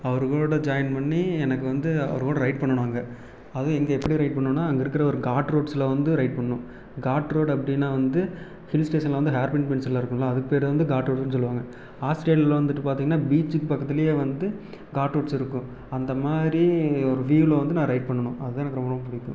அவர் கூட ஜாயின் பண்ணி எனக்கு வந்து அவர் கூட ரைட் பண்ணணும் அங்கே அதுவும் எங்கே எப்படி ரைட் பண்ணுன்னா அங்கே இருக்கிற ஒரு காட்ரூட்ஸில் வந்து ரைட் பண்ணும் காட்ரூட் அப்படினா வந்து ஹில்ஸ் ஸ்டேஷனில் வந்து ஹேர் பின் பென்ட்ஸ் எல்லாம் இருக்கும்ல அதுக்கு பேர் வந்து காட்ரூட்டுனு சொல்லுவாங்க ஆஸ்ட்ரேலியாவில வந்துவிட்டு பார்த்திங்கன்னா பீச்சிக்கு பக்கத்துலையே வந்து காட்ரூட்ஸ் இருக்கும் அந்த மாதிரி ஒரு வியூவில வந்து நான் ரைட் பண்ணணும் அதான் எனக்கு ரொம்ப ரொம்ப பிடிக்கும்